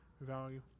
value